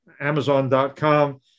Amazon.com